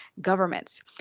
governments